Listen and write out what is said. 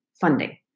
funding